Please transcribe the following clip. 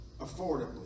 affordably